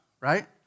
right